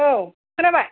औ खोनाबाय